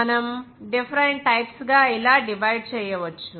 మనం different types గా ఇలా డివైడ్ చేయవచ్చు